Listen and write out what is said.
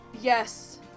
Yes